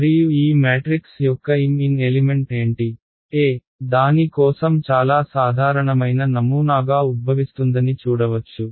మరియు ఈ మ్యాట్రిక్స్ యొక్క mn ఎలిమెంట్ ఏంటి a దాని కోసం చాలా సాధారణమైన నమూనాగా ఉద్భవిస్తుందని చూడవచ్చు